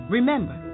Remember